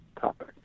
topic